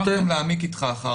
נעמיק אתך אחר כך בנושא.